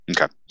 Okay